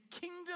kingdom